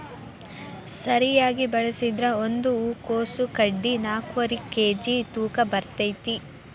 ಸರಿಯಾಗಿ ಬೆಳಸಿದ್ರ ಒಂದ ಹೂಕೋಸ್ ಗಡ್ಡಿ ನಾಕ್ನಾಕ್ಕುವರಿ ಕೇಜಿ ತೂಕ ಬರ್ತೈತಿ